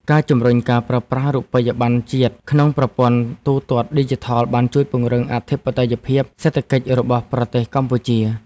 ការជំរុញការប្រើប្រាស់រូបិយប័ណ្ណជាតិក្នុងប្រព័ន្ធទូទាត់ឌីជីថលបានជួយពង្រឹងអធិបតេយ្យភាពសេដ្ឋកិច្ចរបស់ប្រទេសកម្ពុជា។